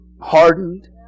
hardened